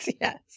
Yes